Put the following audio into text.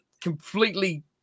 completely